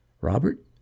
Robert